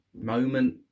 moment